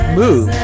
move